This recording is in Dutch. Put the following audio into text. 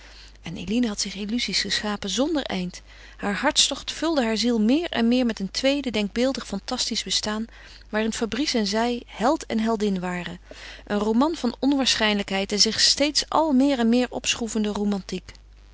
en eline had zich illuzies geschapen zonder eind haar hartstocht vulde haar ziel meer en meer met een tweede denkbeeldig fantastisch bestaan waarin fabrice en zij held en heldin waren een roman van onwaarschijnlijkheid en zich steeds al meer en meer opschroevende romantiek